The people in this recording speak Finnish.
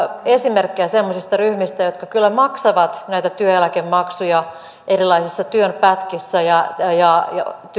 esimerkkejä semmoisista ryhmistä jotka kyllä maksavat näitä työeläkemaksuja erilaisissa työn pätkissä ja ja